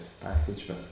package